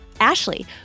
Ashley